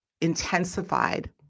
intensified